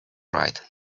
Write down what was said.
right